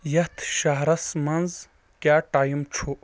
یتھ شہرس منٛز کیٛاہ ٹایم چھُ؟